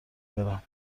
برم